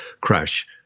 crash